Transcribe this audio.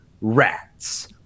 rats